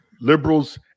liberals